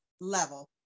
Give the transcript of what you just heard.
level